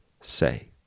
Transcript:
say